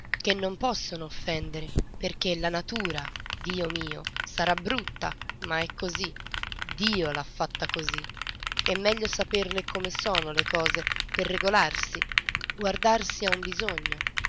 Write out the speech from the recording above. che non possono offendere perché la natura dio mio sarà brutta ma è così dio l'ha fatta così e meglio saperle come sono le cose per regolarsi guardarsi a un bisogno